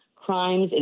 Crimes